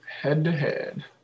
head-to-head